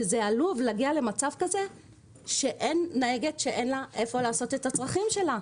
עלוב להגיע למצב כזה שלנהגת אין איפה לעשות את הצרכים שלה,